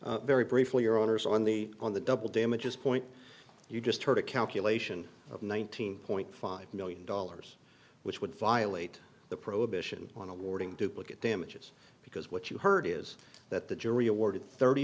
honour's very briefly your honour's on the on the double damages point you just heard a calculation of nineteen point five million dollars which would violate the prohibition on awarding duplicate damages because what you heard is that the jury awarded thirty